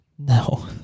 No